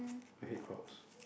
I hate crowds